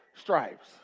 stripes